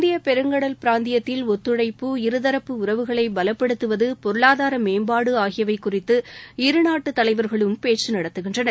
இந்தியப் பெருங்கடல் பிராந்தியத்தில் ஒத்துழைப்பு இரு தரப்பு உறவுகளை பலப்படுத்துவது பொருளாதார மேம்பாடு ஆகியவை குறித்து இரு நாட்டு தலைவர்களும் பேச்சு நடத்துகின்றனர்